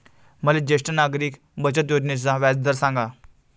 मले ज्येष्ठ नागरिक बचत योजनेचा व्याजदर सांगा